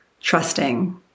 trusting